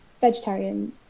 vegetarian